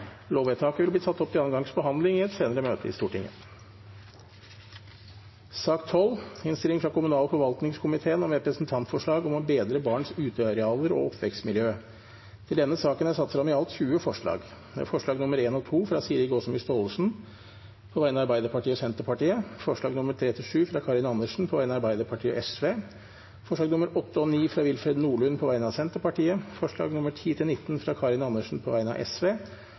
Lovvedtaket vil bli ført opp til andre gang behandling i et senere møte i Stortinget. Under debatten er det satt frem i alt 20 forslag. Det er forslagene nr. 1 og 2, fra Siri Gåsemyr Staalesen på vegne av Arbeiderpartiet og Senterpartiet forslagene nr. 3–7, fra Karin Andersen på vegne av Arbeiderpartiet og Sosialistisk Venstreparti forslagene nr. 8 og 9, fra Willfred Nordlund på vegne av Senterpartiet forslagene nr. 10–19, fra Karin Andersen på vegne av